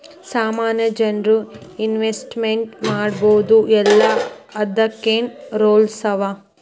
ಸಾಮಾನ್ಯ ಜನ್ರು ಇನ್ವೆಸ್ಟ್ಮೆಂಟ್ ಮಾಡ್ಬೊದೋ ಇಲ್ಲಾ ಅದಕ್ಕೇನ್ ರೂಲ್ಸವ?